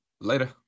later